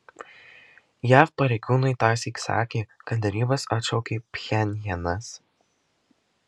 jav pareigūnai tąsyk sakė kad derybas atšaukė pchenjanas